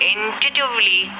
Intuitively